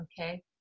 okay